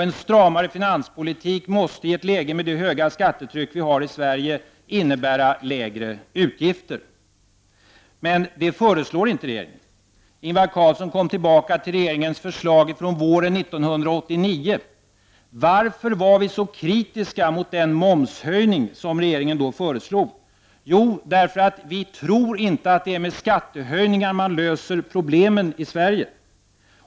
En stramare finanspolitik måste i ett läge med det höga skattetryck som vi har i Sverige innebära lägre utgifter. Men detta föreslår inte regeringen. Ingvar Carlsson kom tillbaka till regeringens förslag från våren 1989. Han frågade varför vi var så kritiska mot den momshöjning som regeringen då föreslog. Jo, därför att vi inte tror att det är med skattehöjningar som man löser problemen i Sverige.